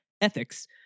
ethics